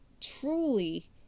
truly